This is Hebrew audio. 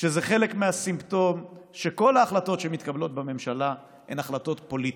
שזה חלק מהסימפטום שכל ההחלטות שמתקבלות בממשלה הן החלטות פוליטיות.